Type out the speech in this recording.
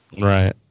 Right